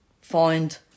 find